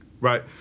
right